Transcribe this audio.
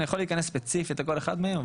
אני יכול להיכנס ספציפית לכל אחד מהם,